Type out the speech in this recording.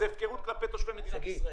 והפקרות כלפי תושבי מדינת ישראל.